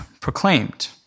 proclaimed